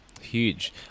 huge